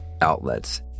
outlets